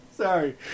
sorry